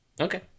Okay